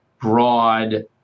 broad